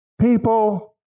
People